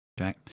Okay